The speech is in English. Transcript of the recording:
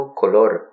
color